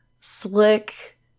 slick